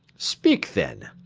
speak, then.